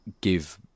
give